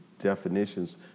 definitions